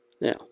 Now